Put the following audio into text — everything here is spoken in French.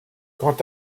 quant